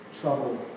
trouble